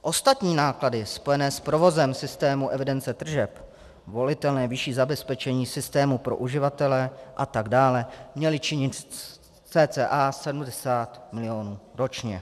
Ostatní náklady spojené s provozem systému evidence tržeb, volitelné vyšší zabezpečení systému pro uživatele atd. měly činit cca 70 milionů ročně.